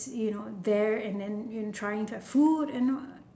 you know there and then you trying to have food and all